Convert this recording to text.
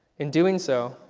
in doing so,